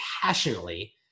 passionately